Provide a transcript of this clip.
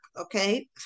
Okay